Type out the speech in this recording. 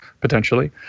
potentially